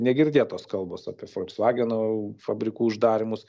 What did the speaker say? negirdėtos kalbos apie folksvageno fabrikų uždarymus